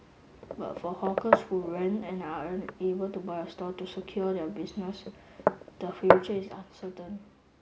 but for hawkers who rent and are unable to buy a stall to secure their business the future is uncertain